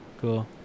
cool